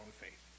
faith